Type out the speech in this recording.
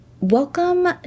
welcome